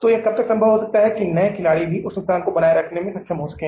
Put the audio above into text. तो यह कब तक संभव हो सकता है कि नए खिलाड़ी भी उस नुकसान को बनाए रखने में सक्षम हो सके